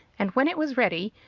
and when it was ready,